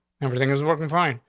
everything is working. fine.